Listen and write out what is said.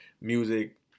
music